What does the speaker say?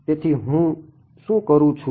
તેથી હું શું કરું છું